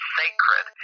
sacred